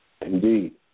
Indeed